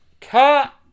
Cut